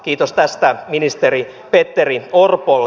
kiitos tästä ministeri petteri orpolle